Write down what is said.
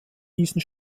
diesen